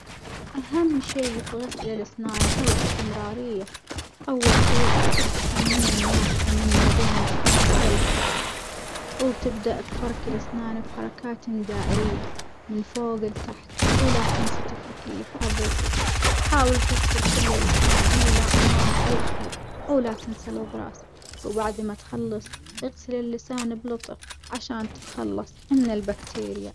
أهم شي في غسل الأسنان هو الاستمرارية، أول شي تحط كمية مناسبة من معجون الأسنان على الفرشة وتبدأ بفرك الأسنان بحركاتٍ دائرية من فوج لتحت، ولا تنسى تفرك اللثة برفج، حاول تغسل كل الأسنان من الأمام والخلف ولا تنسى الأظراس، وبعد ما تخلص اغسل اللسان بلطف عشان تتخلص من البكتيريا.